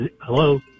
Hello